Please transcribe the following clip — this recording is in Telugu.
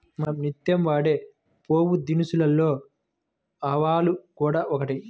మనం నిత్యం వాడే పోపుదినుసులలో ఆవాలు కూడా ఒకటి